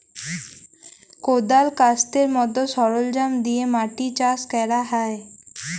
কদাল, ক্যাস্তের মত সরলজাম দিয়ে মাটি চাষ ক্যরা হ্যয়